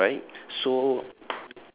okay alright so